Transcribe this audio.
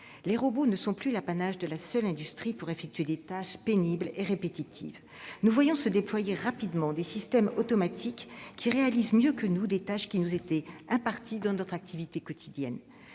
des robots n'est plus l'apanage de la seule industrie pour effectuer des tâches pénibles et répétitives. Nous voyons se déployer rapidement des systèmes automatiques qui réalisent mieux que nous des tâches qui nous étaient jusque-là imparties dans notre activité quotidienne.